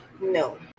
no